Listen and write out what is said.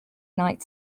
night